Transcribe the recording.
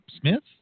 Smith